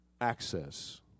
access